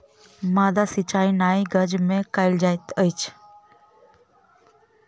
माद्दा सिचाई नाइ गज में कयल जाइत अछि